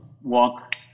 walk